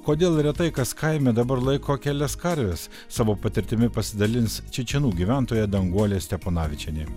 kodėl retai kas kaime dabar laiko kelias karves savo patirtimi pasidalins čečėnų gyventoja danguolė steponavičienė